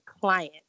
client